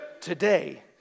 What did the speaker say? today